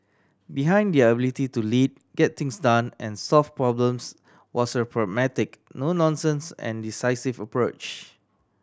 behind their ability to lead get things done and solve problems was a pragmatic no nonsense and decisive approach